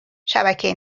شبکه